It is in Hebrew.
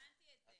הבנתי את זה.